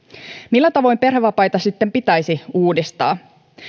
millä tavoin perhevapaita sitten pitäisi uudistaa